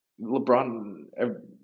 LeBron